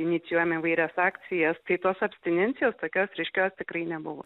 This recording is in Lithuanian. inicijuojam įvairias akcijas tai tos abstinencijos tokios ryškios tikrai nebuvo